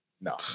No